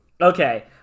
Okay